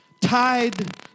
tied